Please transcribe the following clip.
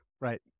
Right